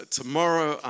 tomorrow